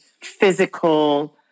physical